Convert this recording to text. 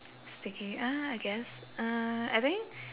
sticky ah I guess uh I think